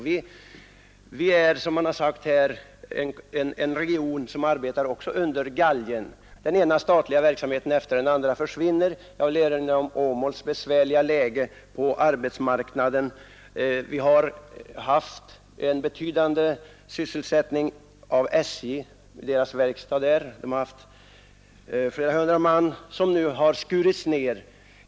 Även denna region arbetar, som det har sagts här, under galgen. Den ena statliga verksamheten efter den andra försvinner. Jag vill erinra om Åmåls besvärliga läge på arbetsmarknaden. Där har funnits ett betydande antal sysselsättningstillfällen vid SJ:s verkstad. Tidigare har där arbetat flera hundra man, men verksamheten har skurits ner.